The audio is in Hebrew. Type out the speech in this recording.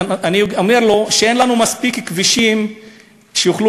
אני אומר לו שאין לנו מספיק כבישים שיוכלו